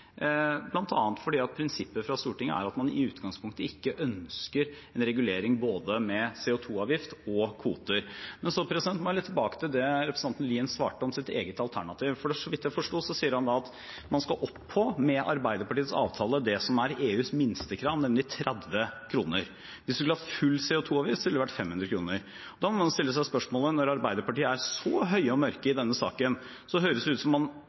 bl.a. fordi prinsippet fra Stortinget er jo at man i utgangspunktet ikke ønsker en regulering med både CO 2 -avgift og kvoter. Men så må jeg litt tilbake til det som representanten svarte om sitt eget alternativ. For så vidt jeg forsto, sier han at man da skal opp på – med Arbeiderpartiets avtale – det som er EUs minstekrav, nemlig 30 kr. Hvis en skulle hatt full CO 2 -avgift, ville det vært 500 kr. Da må en stille seg spørsmålet: Når Arbeiderpartiet er så høye og mørke i denne saken, høres det ut som